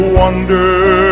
wonder